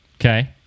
Okay